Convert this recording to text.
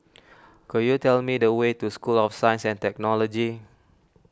could you tell me the way to School of Science and Technology